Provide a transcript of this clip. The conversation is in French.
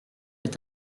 est